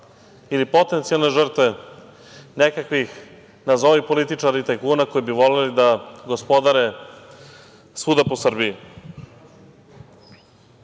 ili potencijalne žrtve nekakvih, nazovi političara i tajkuna, koji bi voleli da gospodare svuda po